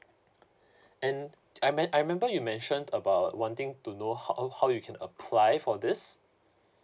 and I mem~ I remember you mention about wanting to know how how you can apply for this